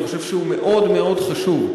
אני חושב שהוא מאוד מאוד חשוב.